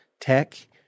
Tech